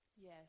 Yes